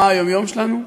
מה היום-יום שלנו.